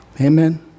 Amen